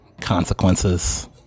consequences